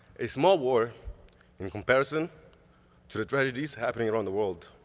a small war in comparison to the tragedies happening around the world,